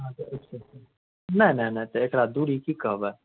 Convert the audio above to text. हँ तऽ अछि की नहि नहि नहि एकरा दूरी की कहबै